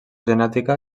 genètica